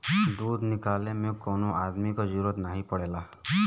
दूध निकाले में कौनो अदमी क जरूरत नाही पड़ेला